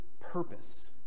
purpose